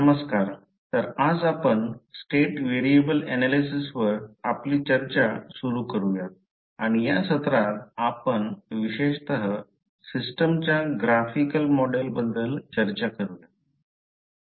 नमस्कार तर आज आपण स्टेट व्हेरिएबल ऍनालिसिसवर आपली चर्चा सुरु करुयात आणि या सत्रात आपण विशेषतः सिस्टमच्या ग्राफिकल मॉडेल बद्दल चर्चा करूयात